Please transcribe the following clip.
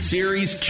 Series